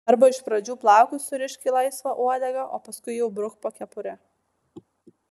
arba iš pradžių plaukus surišk į laisvą uodegą o paskui jau bruk po kepure